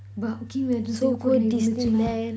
but okay we are just singapore இருந்துச்சுன்னா:irunthuchina